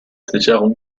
sicherung